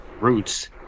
roots